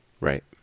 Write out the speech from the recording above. Right